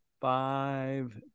five